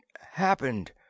happened